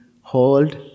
hold